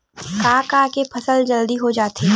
का का के फसल जल्दी हो जाथे?